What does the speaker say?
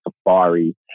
safari